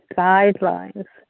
guidelines